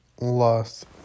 lost